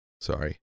Sorry